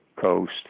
coast